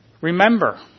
Remember